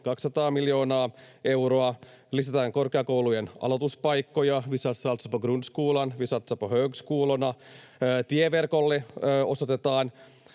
200 miljoonaa euroa. Lisätään korkeakoulujen aloituspaikkoja. Vi satsar alltså på grundskolan, vi satsar på högskolorna. Tieverkolle osoitetaan